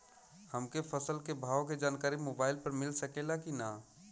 हमके फसल के भाव के जानकारी मोबाइल पर मिल सकेला की ना?